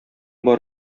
бар